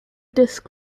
disk